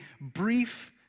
brief